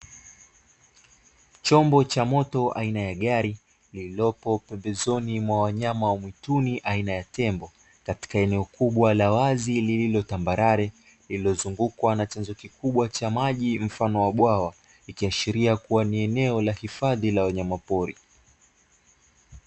Chombo cha moto aina ya gari kilichopo pembezoni mwa wanyama wa mwituni, aina ya tembo, katika eneo kubwa la wazi lililo tambalale, lililozungukwa na chanzo kikubwa cha maji, mfano wa bwawa, likiashiria kuwa ni eneo la hifadhi la wanyama pori.